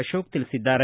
ಅಶೋಕ ತಿಳಿಸಿದ್ದಾರೆ